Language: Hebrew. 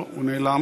לא, הוא נעלם.